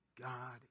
God